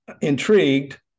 intrigued